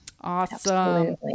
Awesome